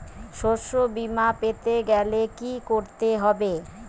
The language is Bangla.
শষ্যবীমা পেতে গেলে কি করতে হবে?